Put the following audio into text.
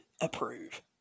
approve